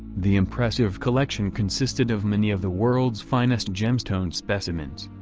the impressive collection consisted of many of the world's finest gemstone specimens.